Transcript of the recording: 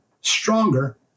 stronger